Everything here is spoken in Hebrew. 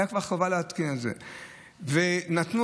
כבר